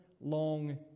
long